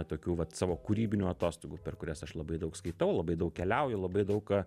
tokių vat savo kūrybinių atostogų per kurias aš labai daug skaitau labai daug keliauju labai daug